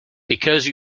because